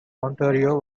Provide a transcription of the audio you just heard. ontario